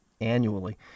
annually